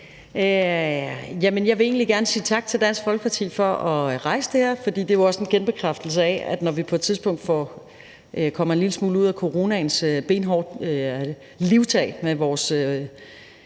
Jeg vil egentlig gerne sige tak til Dansk Folkeparti for at rejse det her, for det er jo også en genbekræftelse af, at når vi på et tidspunkt kommer en lille smule ud af coronaens benhårde livtag med vores